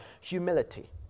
Humility